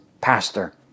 pastor